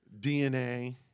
DNA